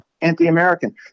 anti-American